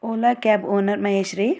owner cab owner ಮಹೇಶ್ರೀ